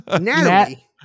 Natalie